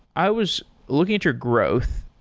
i was looking at your growth.